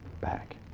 back